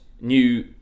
new